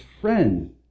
friend